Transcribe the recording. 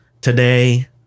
Today